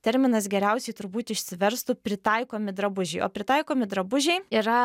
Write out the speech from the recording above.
terminas geriausiai turbūt išsiverstų pritaikomi drabužiai o pritaikomi drabužiai yra